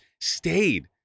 stayed